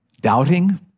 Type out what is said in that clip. doubting